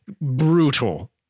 brutal